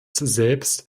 selbst